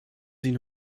ihnen